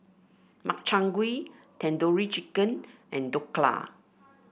Makchang Gui Tandoori Chicken and Dhokla